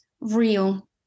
real